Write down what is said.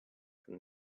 from